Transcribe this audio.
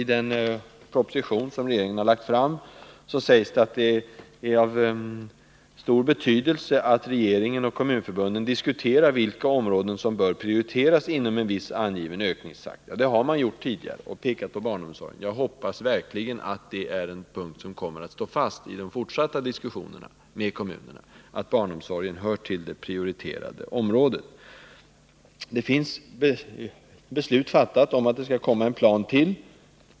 I den proposition om kommunernas ekonomi som regeringen har lagt fram framhålls att det är av stor betydelse att regeringen och kommunförbunden diskuterar vilka områden som bör prioriteras vid en viss angiven ökningstakt. Det har man gjort tidigare och då pekat på barnomsorgen. Jag hoppas verkligen att detta är en punkt som kommer att stå fast i de fortsatta diskussionerna med kommunerna, dvs. att barnomsorgen även i fortsättningen kommer att höra till det prioriterade området. Beslut har fattats av riksdagen om att det skall komma ytterligare en plan.